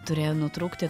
turėjo nutrūkti